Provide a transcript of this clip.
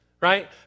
right